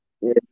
yes